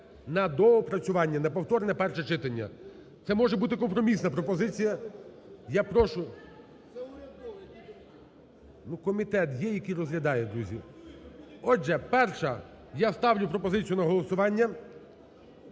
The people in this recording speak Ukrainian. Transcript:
на доопрацювання, на повторне перше читання. Це може бути компромісна пропозиція. Я прошу. Комітет є, який розглядає, друзі. Отже, перша. Я ставлю пропозицію на голосування.